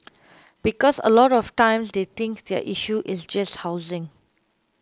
because a lot of times they think their issue is just housing